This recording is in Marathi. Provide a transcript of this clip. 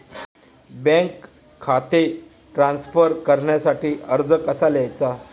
बँक खाते ट्रान्स्फर करण्यासाठी अर्ज कसा लिहायचा?